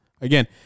Again